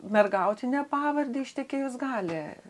mergautinę pavardę ištekėjus gali